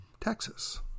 Texas